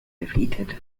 defeated